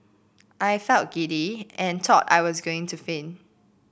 I felt giddy and thought I was going to faint